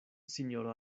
sinjoro